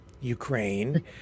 Ukraine